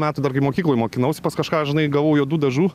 metų dar kai mokykloj mokinausi pas kažką žinai gavau juodų dažų